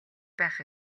байх